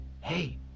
hey